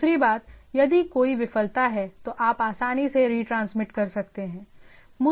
दूसरी बात यदि कोई विफलता है तो आप आसानी से रिट्रांसमिट कर सकते हैं